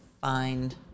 find